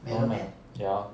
all the ya